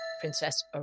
Princess